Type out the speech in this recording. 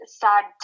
sad